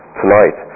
tonight